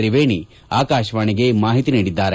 ಕ್ರಿವೇಣಿ ಆಕಾಶವಾಣಿಗೆ ಮಾಹಿತಿ ನೀಡಿದ್ದಾರೆ